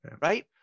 right